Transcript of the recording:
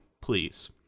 please